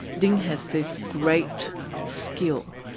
ting has this great skill,